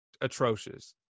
atrocious